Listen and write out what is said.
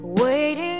waiting